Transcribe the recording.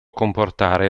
comportare